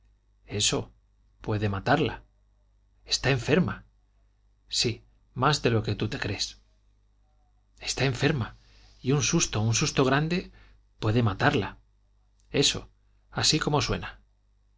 eso puede matarla está enferma sí más de lo que tú crees está enferma y un susto un susto grande puede matarla eso así como suena